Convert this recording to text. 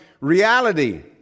reality